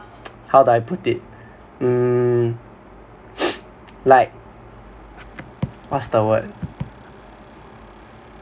how do I put it um like what's the word